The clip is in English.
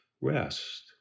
rest